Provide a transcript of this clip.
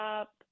up